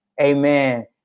Amen